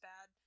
bad